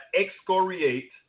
excoriate